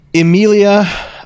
Emilia